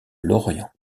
lorient